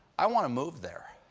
i want to move there.